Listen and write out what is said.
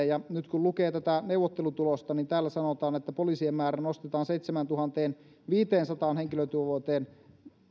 ja nyt kun lukee tätä neuvottelutulosta niin täällä sanotaan että poliisien määrä nostetaan seitsemääntuhanteenviiteensataan henkilötyövuoteen